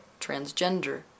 transgender